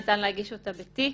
הבקשה ניתן להגיש אותה בתיק,